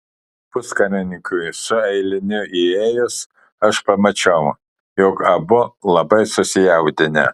puskarininkiui su eiliniu įėjus aš pamačiau jog abu labai susijaudinę